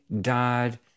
died